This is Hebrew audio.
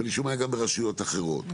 ומשום מה גם ברשויות אחרות.